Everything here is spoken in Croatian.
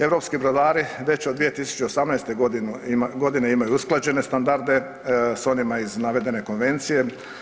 Europski brodari već od 2018. godine imaju usklađene standarde sa onima iz navedene konvencije.